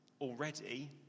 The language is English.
already